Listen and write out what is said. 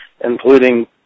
including